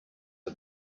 are